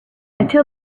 until